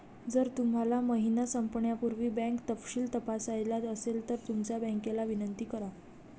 जर तुम्हाला महिना संपण्यापूर्वी बँक तपशील तपासायचा असेल तर तुमच्या बँकेला विनंती करा